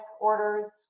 orders